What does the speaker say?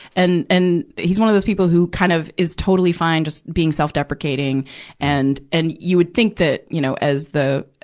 and, and, he's one of those people who kind of is totally fine just being self-deprecating and, and you would think that, you know, as the,